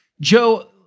Joe